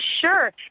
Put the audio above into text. Sure